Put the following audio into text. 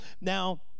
now